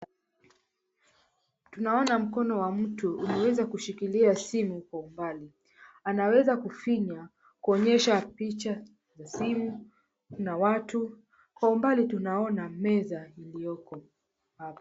Tunaona mkono wa mtu ulioweza kushikilia simu kwa umbali, anaweza kufinya kuonyesha picha, simu na watu. Kwa umbali tunaona meza iliyoko hapo.